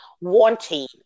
wanting